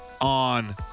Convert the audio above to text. on